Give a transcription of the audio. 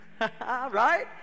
Right